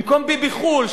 במקום ביבי-חו"ל,